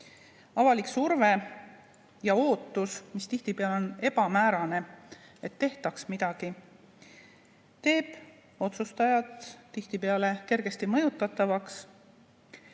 Avalik surve ja ootus, mis tihtipeale on ebamäärane, et tehtaks midagi, teeb otsustajad sageli kergesti mõjutatavaks.